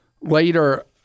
later